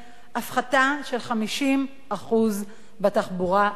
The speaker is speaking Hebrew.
הפחתה של 50% בתחבורה הציבורית